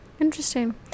Interesting